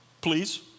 Please